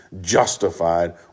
justified